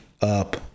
up